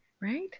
right